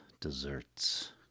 Desserts